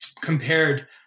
compared